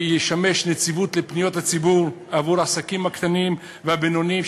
לשמש נציבות לפניות הציבור עבור העסקים הקטנים והבינוניים,